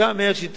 שר הפנים לשעבר,